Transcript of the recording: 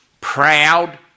proud